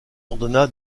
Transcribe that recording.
ordonna